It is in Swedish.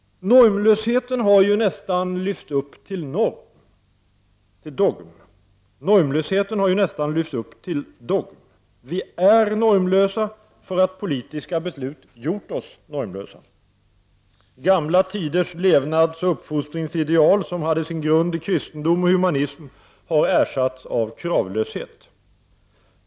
Normlösheten har ju nästan lyfts upp till dogm. Vi är normlösa därför att politiska beslut har gjort oss normlösa. Gamla tiders levnadsoch uppfostringsideal som hade sin grund i kristendom och humanism har ersatts av kravlöshet.